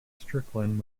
strickland